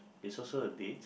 it's also a date